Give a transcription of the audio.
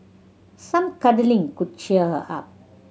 some cuddling could cheer her up